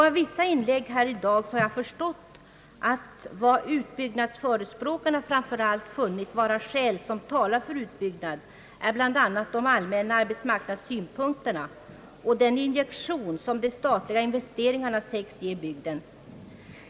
Av vissa inlägg här i dag har jag förstått att vad förespråkarna för en utbyggnad framför allt funnit vara skäl som talar för utbyggnad är de allmänna arbetsmarknadssynpunkterna och den injektion som de statliga investeringarna anses ge bygden.